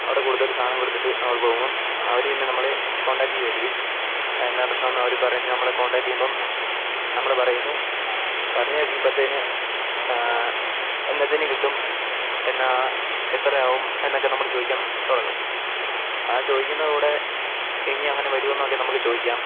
അവിടെ കൂടുതൽ സാധനം കൊടുത്തിട്ട് നമ്മൾ പോകും അവർ പിന്നെ നമ്മളെ കോണ്ടാക്റ്റ് ചെയ്യുമായിരിക്കും എന്നാൽ പ്രശ്നമെന്ന് അവർ പറഞ്ഞ് നമ്മളെ കോണ്ടാക്റ്റ് ചെയ്യുമ്പം നമ്മൾ പറയുന്നു പറഞ്ഞ് കഴിയുമ്പോഴത്തേന് എന്നതിനു കിട്ടും എന്നാൽ എത്രയാകും എന്നൊക്കെ നമ്മൾ ചോദിക്കാൻ തുടങ്ങും ആ ചോദിക്കുന്ന കൂടെ ഇനി അങ്ങനെ വരമോയെന്നൊക്കെ നമുക്ക് ചോദിക്കാം